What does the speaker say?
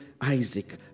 Isaac